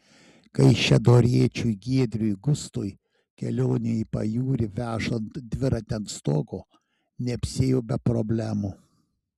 kaišiadoriečiui giedriui gustui kelionė į pajūrį vežant dviratį ant stogo neapsiėjo be problemų